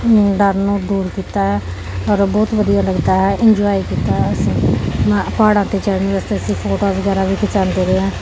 ਡਰ ਨੂੰ ਦੂਰ ਕੀਤਾ ਹੈ ਔਰ ਬਹੁਤ ਵਧੀਆ ਲੱਗਦਾ ਹੈ ਇੰਜੋਏ ਕੀਤਾ ਅਸੀਂ ਪਹਾੜਾਂ 'ਤੇ ਚੜ੍ਹਨ ਵਾਸਤੇ ਅਸੀਂ ਫੋਟੋਆਂ ਵਗੈਰਾ ਵੀ ਖਿਚਾਉਂਦੇ ਰਹੇ ਹਾਂ